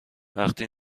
وقتی